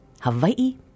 Hawaii